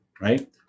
right